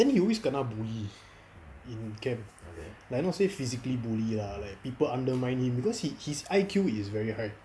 then he always kena bullied in camp like not say physically bully lah like people undermined him cause he's he's I_Q is very high